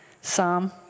Psalm